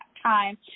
time